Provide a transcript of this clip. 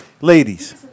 Ladies